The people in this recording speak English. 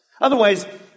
Otherwise